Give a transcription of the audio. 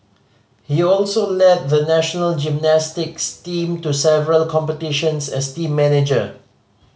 he also led the national gymnastics team to several competitions as team manager